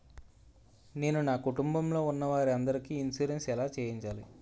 నేను నా కుటుంబం లొ ఉన్న వారి అందరికి ఇన్సురెన్స్ ఎలా చేయించాలి?